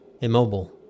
Immobile